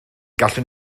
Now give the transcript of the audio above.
gallwn